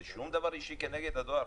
זה שום דבר אישי כנגד הדואר,